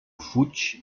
fuig